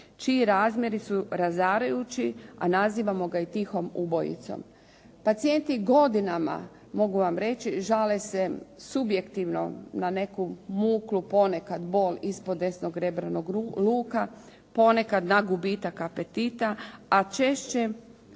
čiji razmjeri su razarajući a nazivamo ga i tihim ubojicom. Pacijenti godinama mogu vam reći žale se subjektivno na neku muklu ponekad bol ispod desnog rebranog luka, ponekad na gubitak apetita a češće